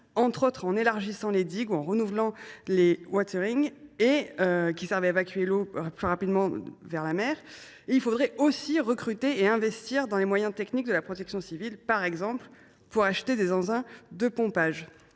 infrastructures en élargissant les digues ou en renouvelant les wateringues, qui servent à évacuer l’eau plus rapidement vers la mer. D’autre part, il faudrait aussi recruter et investir dans les moyens techniques de la protection civile, par exemple pour acheter des engins de pompage.